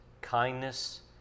kindness